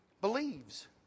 believes